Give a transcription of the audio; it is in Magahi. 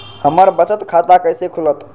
हमर बचत खाता कैसे खुलत?